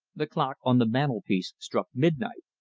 the clock on the mantelpiece struck midnight.